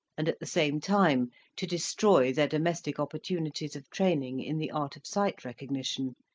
and at the same time to destroy their domestic opportunities of training in the art of sight recognition,